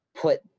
put